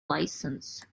licence